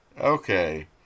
Okay